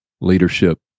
leadership